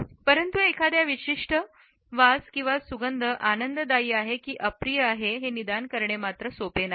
परंतु एखाद्या विशिष्ट वाच किंवा सुगंध आनंददायी आहे कि अप्रिय आहे हे निदान करणे सोपे नाही